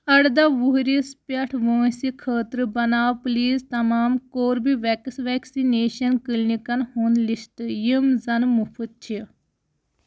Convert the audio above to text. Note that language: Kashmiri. اَرداہ وُہرِس پٮ۪ٹھ وٲنٛسہِ خٲطرٕ بناو پلیٖز تمام کوربِویٚکس ویکسِنیشن کلنِکن ہُنٛد لسٹ یِم زن مُفٕت چھِ